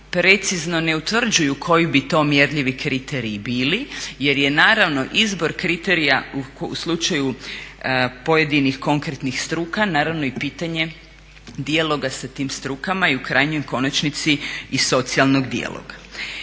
precizno ne utvrđuju koji bi to mjerljivi kriteriji bili jer je naravno izbor kriterija u slučaju pojedinih konkretnih struka naravno i pitanja dijaloga sa tim strukama i u krajnjoj konačnici i socijalnog dijaloga.